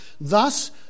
Thus